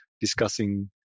discussing